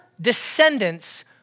descendants